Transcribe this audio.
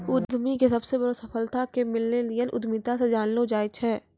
उद्यमीके सबसे बड़ो सफलता के मिल्लेनियल उद्यमिता से जानलो जाय छै